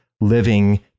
living